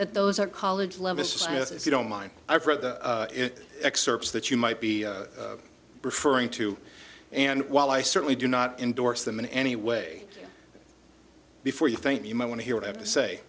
that those are college levison if you don't mind i've read the excerpts that you might be referring to and while i certainly do not endorse them in any way before you think you might want to hear what i have to say